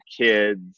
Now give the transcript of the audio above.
kids